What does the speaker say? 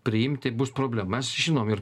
priimti bus problemų mes žinom ir